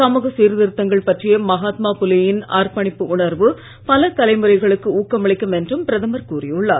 சமூக சீர்திருத்தங்கள் பற்றிய மகாத்மா புலேயின் அர்ப்பணிப்பு உணர்வு பல தலைமுறைகளுக்கு ஊக்கமளிக்கும் என்றும் பிரதமர் கூறி உள்ளார்